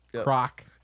Croc